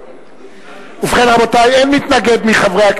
עכשיו ישיב שר התחבורה,